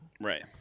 right